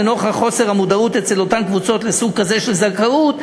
לנוכח חוסר המודעות אצל אותן קבוצות לסוג כזה של זכאות,